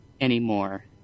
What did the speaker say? anymore